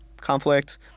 conflict